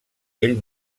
ell